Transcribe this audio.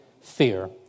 fear